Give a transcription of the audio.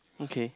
okay